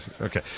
Okay